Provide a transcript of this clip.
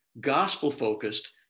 gospel-focused